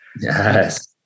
Yes